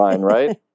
right